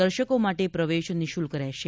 દર્શકો માટે પ્રવેશ નિઃશુલ્ક રહેશે